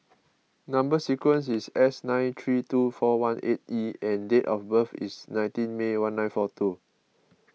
Number Sequence is S nine three two four one eight E and date of birth is nineteen May one nine four two